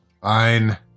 Fine